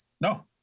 No